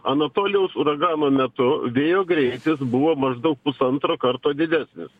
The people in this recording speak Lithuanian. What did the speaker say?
anatolijaus uragano metu vėjo greitis buvo maždaug pusantro karto didesnis